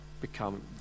become